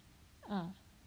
ah